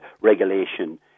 regulation